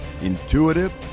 intuitive